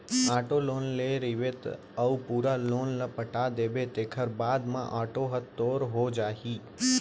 auto loan ले रहिबे अउ पूरा लोन ल पटा देबे तेखर बाद म आटो ह तोर हो जाही